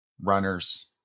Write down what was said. runners